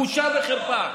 בושה וחרפה.